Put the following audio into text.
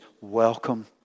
Welcome